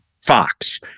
Fox